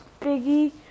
Biggie